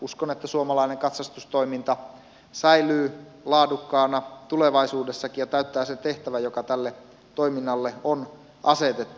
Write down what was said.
uskon että suomalainen katsastustoiminta säilyy laadukkaana tulevaisuudessakin ja täyttää sen tehtävän joka tälle toiminnalle on asetettu